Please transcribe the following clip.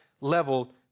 level